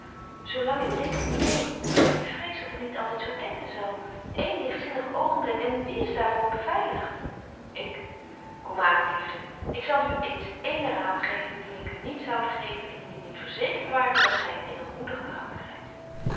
zo lang ik denk neen maar ik vrees dat ik niet altyd zo denken zal eén ligtzinnig oogenblik en wie is daar voor beveiligt ik kom aan liefde ik zal u eens éénen raad geven dien ik u niet zoude geven indien ik niet verzekert ware dat gy een edelmoedig karakter hebt